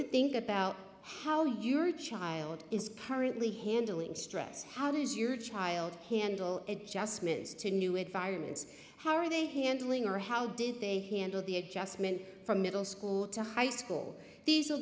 to think about how your child is currently handling stress how does your child handle adjustments to new environments how are they handling or how did they handle the adjustment from middle school to high school these will